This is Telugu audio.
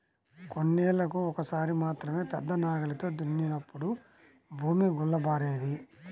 కొన్నేళ్ళకు ఒక్కసారి మాత్రమే పెద్ద నాగలితో దున్నినప్పుడు భూమి గుల్లబారేది